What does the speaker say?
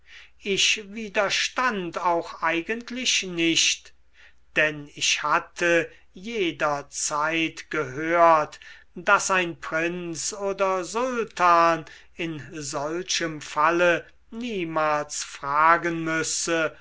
ich widerstand auch eigentlich nicht denn ich hatte jederzeit gehört daß ein prinz oder sultan in solchem falle niemals fragen müsse